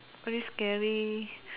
very scary